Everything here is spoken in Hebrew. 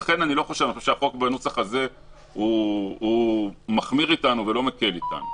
ולכן אני חושב שהחוק בנוסח הזה מחמיר איתנו ולא מקל איתנו,